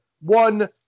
one